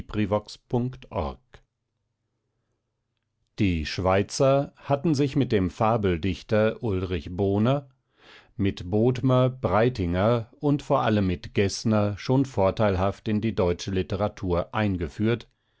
die schweizer hatten sich mit dem fabeldichter ulrich boner mit bodmer breitinger und vor allem mit geßner schon vorteilhaft in die deutsche literatur eingeführt